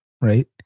right